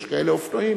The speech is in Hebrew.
יש כאלה אופנועים,